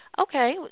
Okay